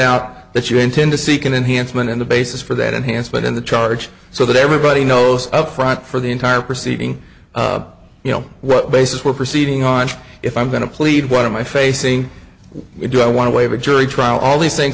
out that you intend to seek an enhancement on the basis for that enhanced but in the charge so that everybody knows up front for the entire proceeding you know what basis we're proceeding on if i'm going to plead one of my facing do i want to waive a jury trial all these things